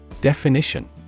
Definition